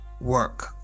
work